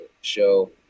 show